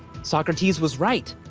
socrates was right.